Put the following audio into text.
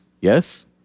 yes